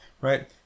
right